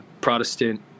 protestant